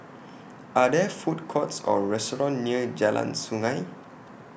Are There Food Courts Or restaurants near Jalan Sungei